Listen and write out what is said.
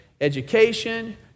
education